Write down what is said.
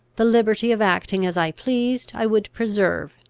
the liberty of acting as i pleased i would preserve,